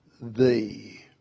thee